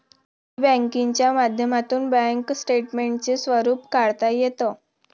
E बँकिंगच्या माध्यमातून bank स्टेटमेंटचे स्वरूप काढता येतं